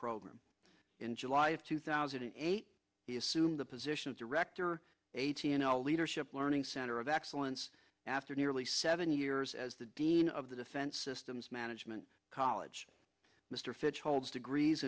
program in july of two thousand and eight he assumed the position of director a t l leadership learning center of excellence after nearly seven years as the dean of the defense systems management college mr fitch holds degrees